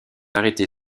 arrêtés